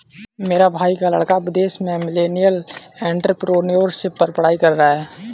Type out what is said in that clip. मेरे भाई का लड़का विदेश में मिलेनियल एंटरप्रेन्योरशिप पर पढ़ाई कर रहा है